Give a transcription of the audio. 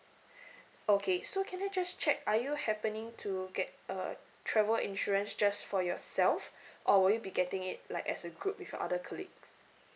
okay so can I just check are you happening to get a travel insurance just for yourself or will you be getting it like as a group with your other colleagues